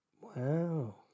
Wow